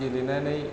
गेलेनानै